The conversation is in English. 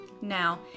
Now